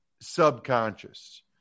subconscious